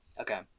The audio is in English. Okay